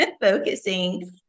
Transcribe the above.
focusing